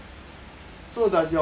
so does your